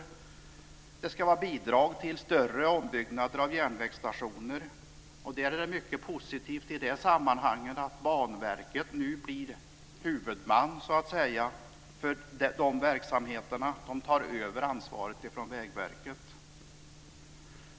Vidare ska de gå till bidrag till större ombyggnader av järnvägsstationer. I det sammanhanget är det mycket positivt att Banverket nu blir huvudman, så att säga, för de verksamheterna. Man tar över ansvaret från Vägverket.